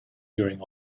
during